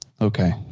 Okay